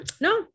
no